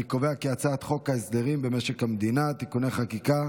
הצעת חוק הסדרים במשק המדינה (תיקוני חקיקה)